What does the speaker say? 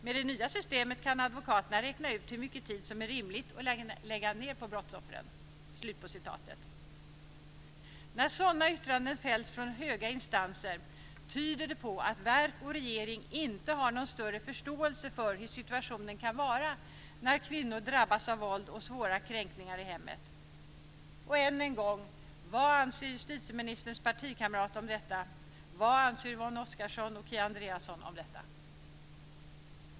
Med det nya systemet kan advokaterna räkna ut hur mycket tid som är rimligt att lägga ner på brottsoffren." När sådana yttranden fälls från höga instanser tyder det på att verk och regering inte har någon större förståelse för hur situationen kan vara när kvinnor drabbas av våld och svåra kränkningar i hemmet. Och än en gång: Vad anser justitieministerns partikamrat om detta? Vad anser Yvonne Oscarsson och Kia Andreasson om detta?